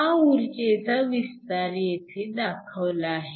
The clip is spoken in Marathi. हा ऊर्जेचा विस्तार येथे दाखवला आहे